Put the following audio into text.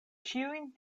ĉiujn